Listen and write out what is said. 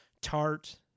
tart